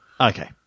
Okay